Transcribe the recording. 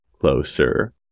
closer